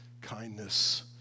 kindness